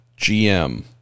GM